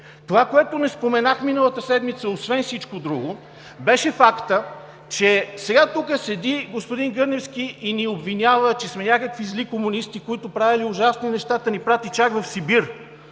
Това, което не споменах миналата седмица, освен всичко друго, беше фактът, че сега тук седи господин Гърневски и ни обвинява, че сме някакви зли комунисти, които правели ужасни неща, та ни прати чак в Сибир.